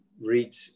read